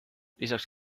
lisaks